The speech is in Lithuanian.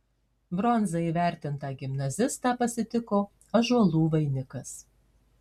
bronza įvertintą gimnazistą pasitiko ąžuolų vainikas